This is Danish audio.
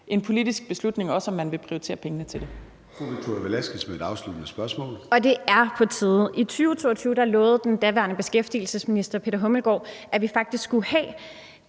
en politisk beslutning, om man vil prioritere pengene til det.